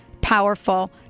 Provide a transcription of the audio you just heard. Powerful